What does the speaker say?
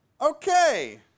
Okay